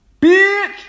Bitch